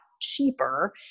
cheaper